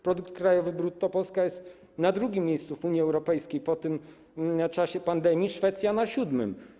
Produkt krajowy brutto: Polska jest na drugim miejscu w Unii Europejskiej po czasie pandemii, Szwecja - na siódmym.